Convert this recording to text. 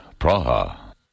Praha